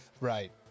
Right